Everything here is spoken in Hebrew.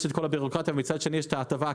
אז זה יוצא בערךbreak even וצריך להיות הפוך.